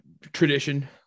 tradition